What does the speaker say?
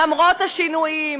למרות השינויים,